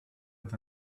with